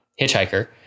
hitchhiker